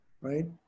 right